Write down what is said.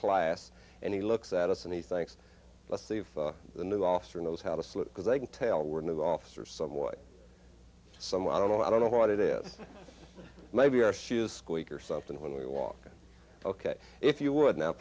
class and he looks at us and he thinks let's see if the new officer knows how to slip because they can tell we're new officers some way some i don't know i don't know what it is maybe our shoes squeak or something when we walk ok if you would now